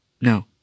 No